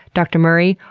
dr murray,